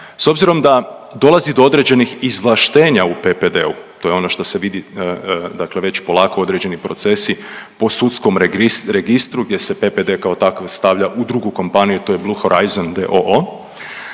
s obzirom da dolazi do određenih izvlaštenja u PPD-u, to je ono što se vidi već polako određeni procesi po sudskom registru gdje se PPD kao takve stavlja u drugu kompaniju, to je Blue Horizon